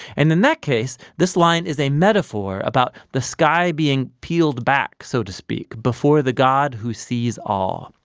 and in that case, this line is a metaphor about the sky being peeled back, so to speak, before the god who sees all.